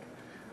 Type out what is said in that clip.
אחד,